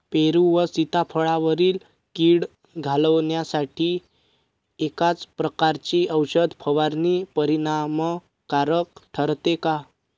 पेरू व सीताफळावरील कीड घालवण्यासाठी एकाच प्रकारची औषध फवारणी परिणामकारक ठरते का?